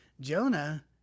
Jonah